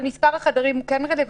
אבל מספר החדרים הוא כן רלוונטי.